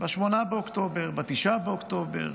ב-8 באוקטובר, ב-9 באוקטובר,